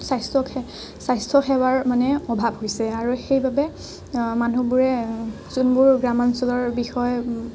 স্বাস্থ্য স্বাস্থ্য সেৱাৰ মানে অভাৱ হৈছে আৰু সেইবাবে মানুহবোৰে যোনবোৰ গ্ৰামাঞ্চলৰ বিষয়